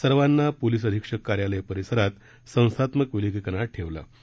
सर्वांना पोलिस अधीक्षक कार्यालय परिसरात संस्थात्मक विलगीकरणात ठेवलं होतं